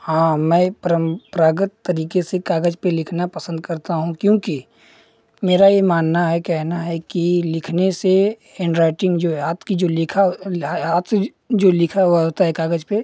हाँ मैं प्रम प्रागत तरीके से कागज पर लिखना पसंद करता हूँ क्योंकि मेरा ये मानना है कहना है कि लिखने से हेंड राइटिंग जो है हाथ की जो लेखा हाथ से जो लिखा हुआ होता है कागज पर